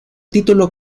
título